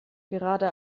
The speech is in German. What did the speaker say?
gerade